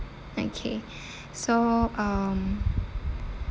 okay so um